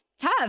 tough